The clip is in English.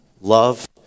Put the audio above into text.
Love